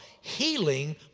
Healing